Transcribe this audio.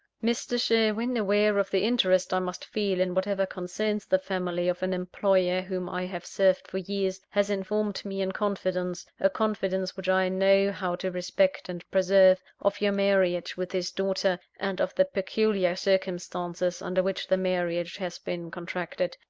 mr. sherwin, aware of the interest i must feel in whatever concerns the family of an employer whom i have served for years, has informed me in confidence a confidence which i know how to respect and preserve of your marriage with his daughter, and of the peculiar circumstances under which the marriage has been contracted.